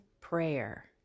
prayer